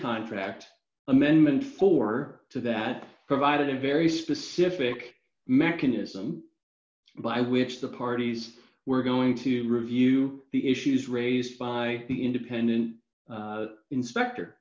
contract amendment four to that provided a very specific mechanism by which the parties were going to review the issues raised by the independent inspector